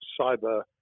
cyber